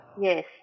Yes